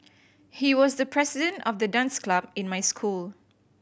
he was the president of the dance club in my school